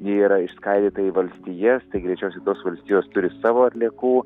ji yra išskaidyta į valstijas tai greičiausiai tos valstijos turi savo atliekų